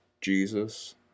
Jesus